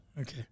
okay